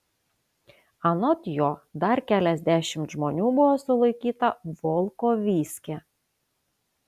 anot jo dar keliasdešimt žmonių buvo sulaikyta volkovyske